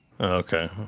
Okay